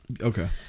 Okay